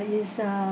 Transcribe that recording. it's uh